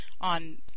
on